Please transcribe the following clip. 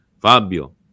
Fabio